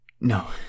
No